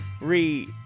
re